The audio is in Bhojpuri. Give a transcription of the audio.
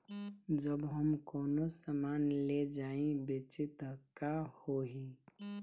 जब हम कौनो सामान ले जाई बेचे त का होही?